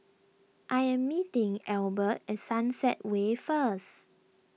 I am meeting Albert at Sunset Way first